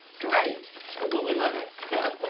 great will we love it so